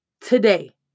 today